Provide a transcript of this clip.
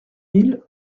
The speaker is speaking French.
mille